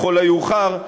לכל המאוחר,